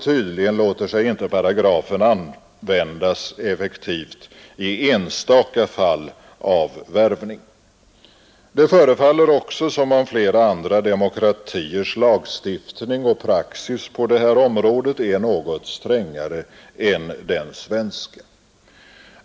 Tydligen later sig inte paragrafen användas effektivt i enstaka fall av värvning. Det förefaller också som om flera andra demokratiers lagstiftning och praxis på det här området är nägot strängare än den svenska.